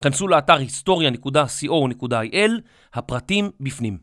‫כנסו לאתר historia.co.il, ‫הפרטים בפנים.